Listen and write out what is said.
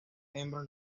hembras